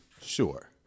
Sure